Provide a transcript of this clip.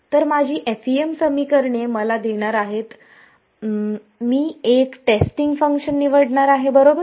तर माझी FEM समीकरणे मला देणार आहेत मी एक टेस्टिंग फंक्शन निवडणार आहे बरोबर